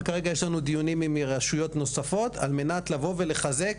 וכרגע יש לנו דיונים עם רשויות נוספות על מנת לבוא ולחזק,